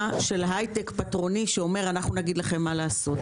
של היי-טק פטרוני שאומר אנחנו נגיד לכם מה לעשות.